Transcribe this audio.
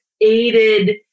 aided